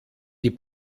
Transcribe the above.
die